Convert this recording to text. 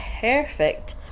perfect